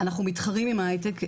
אנחנו מתחרים עם ההייטק,